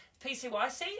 PCYC